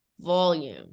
volume